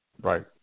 Right